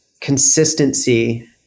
consistency